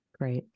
Great